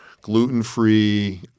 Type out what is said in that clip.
gluten-free